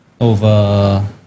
over